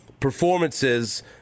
Performances